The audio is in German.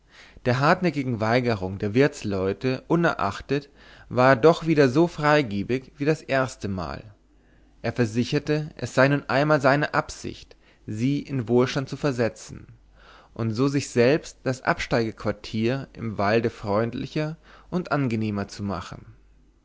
der hartnäckigen weigerung der wirtsleute unerachtet war er doch wieder so freigebig wie das erstemal er versicherte es sei nun einmal seine absicht sie in wohlstand zu versetzen und so sich selbst das absteigequartier im walde freundlicher und angenehmer zu machen